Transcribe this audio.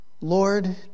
Lord